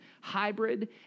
hybrid